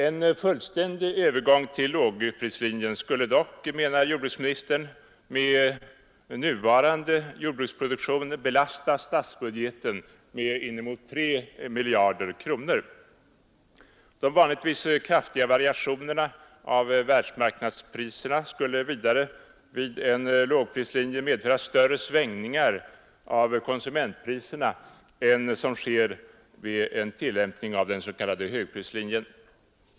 En fullständig övergång till lågprislinje skulle dock — menar jordbruksministern — med nuvarande jordbruksproduktion belasta statsbudgeten med inemot 3 miljarder kronor. De vanligtvis kraftiga variationerna av världsmarknadspriserna skulle vidare vid en lågprislinje medföra större svängningar av konsumentpriserna än som sker vid en tillämpning av den s.k. högprislinjen.